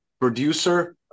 producer